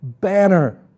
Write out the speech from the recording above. banner